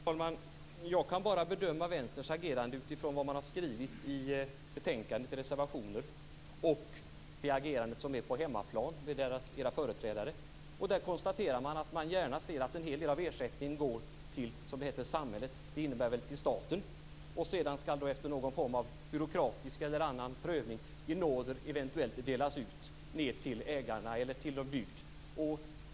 Fru talman! Jag kan bara bedöma Vänsterns agerande utifrån vad man har skrivit i reservationer i betänkandet och utifrån Vänsterns företrädares agerande på hemmaplan. Man konstaterar att man gärna ser att en hel del av vinsten går till samhället, som det heter. Det innebär väl att vinsten går till staten. Efter någon form av byråkratisk eller annan prövning skall den sedan på nåder eventuellt delas ut till ägarna eller till bygden.